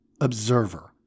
observer